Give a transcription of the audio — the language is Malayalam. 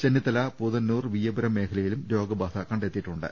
ചെന്നിത്തല പൂതന്നൂർ വിയ്യപുരം മേഖലയിലും രോഗബാധ കണ്ടെത്തിയിട്ടുണ്ട്